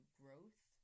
growth